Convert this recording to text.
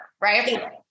right